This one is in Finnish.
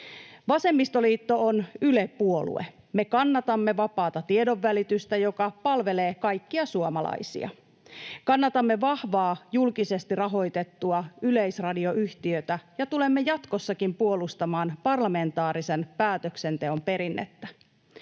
Vasemmistoliitto on Yle-puolue. Me kannatamme vapaata tiedonvälitystä, joka palvelee kaikkia suomalaisia. Kannatamme vahvaa, julkisesti rahoitettua yleisradioyhtiötä ja tulemme jatkossakin puolustamaan parlamentaarisen päätöksenteon perinnettä.